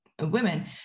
Women